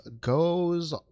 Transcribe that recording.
Goes